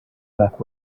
back